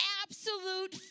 absolute